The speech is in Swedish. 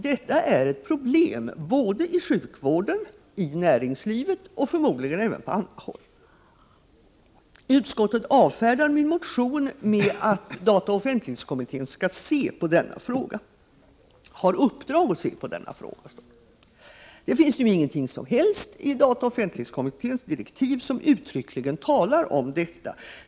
Detta är ett problem både i sjukvården, i näringslivet och förmodligen även på andra håll. Utskottet avfärdar min motion med att dataoch offentlighetskommittén har i uppdrag att se på denna fråga. Det finns nu inget som helst i dataoch offentlighetskommitténs direktiv som uttryckligen talar om detta.